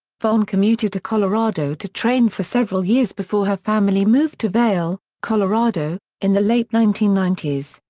vonn commuted to colorado to train for several years before her family moved to vail, colorado, in the late nineteen ninety s.